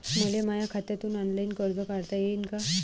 मले माया खात्यातून ऑनलाईन कर्ज काढता येईन का?